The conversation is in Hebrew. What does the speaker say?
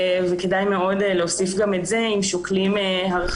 וכדאי מאוד להוסיף גם את זה אם שוקלים הרחבת